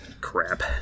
crap